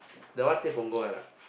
that one stay Punggol [one] ah